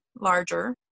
larger